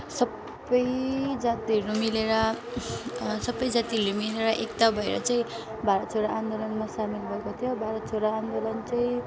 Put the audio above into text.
सबै जातिहरू मिलेर सबै जातिहरूले मिलेर एकता भएर चाहिँ भारत छोडो आन्दोलनमा सामेल भएको थियो भारत छोडो आन्दोलन चाहिँ